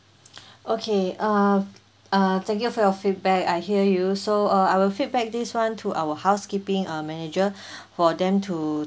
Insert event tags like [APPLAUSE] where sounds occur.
okay uh uh thank you for your feedback I hear you so uh I will feedback this [one] to our housekeeping uh manager [BREATH] for them to